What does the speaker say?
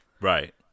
right